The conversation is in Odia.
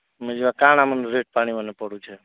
ମିଳିବ କାଁଣା ମାନେ ରେଟ୍ ପାଣିମାନେ ପଡ଼ୁଛେ